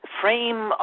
frame